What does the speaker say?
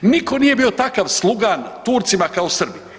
Niko nije bio takav slugan Turcima kao Srbi.